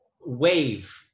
wave